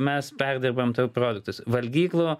mes perdirbam tuos produktus valgyklų